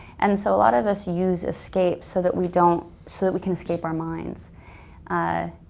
and so a lot of us use escape so that we don't, so that we can escape our minds. i